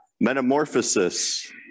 metamorphosis